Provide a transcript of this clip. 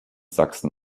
sachsen